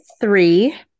three